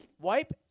wipe